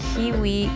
Kiwi